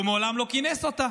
והוא מעולם לא כינס אותה.